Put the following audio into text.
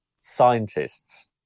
scientists